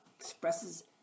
expresses